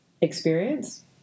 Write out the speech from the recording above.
experience